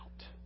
out